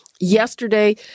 Yesterday